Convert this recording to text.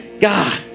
God